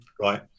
right